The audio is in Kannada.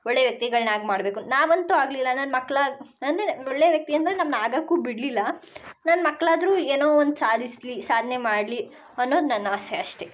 ಒಳ್ಳೆಯ ವ್ಯಕ್ತಿಗಳ್ನಾಗಿ ಮಾಡಬೇಕು ನಾವಂತೂ ಆಗಲಿಲ್ಲ ನನ್ನ ಮಕ್ಳು ಅಂದರೇ ಒಳ್ಳೆಯ ವ್ಯಕ್ತಿ ಅಂದರೆ ನಮ್ನ ಆಗೋಕ್ಕೂ ಬಿಡಲಿಲ್ಲ ನನ್ನ ಮಕ್ಕಳಾದ್ರೂ ಏನೋ ಒಂದು ಸಾಧಿಸಲಿ ಸಾಧನೆ ಮಾಡಲಿ ಅನ್ನೋದು ನನ್ನ ಆಸೆ ಅಷ್ಟೆ